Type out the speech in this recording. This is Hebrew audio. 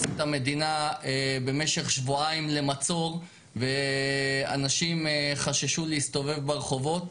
את המדינה במשך שבועיים למצור ואנשים חששו להסתובב ברחובות.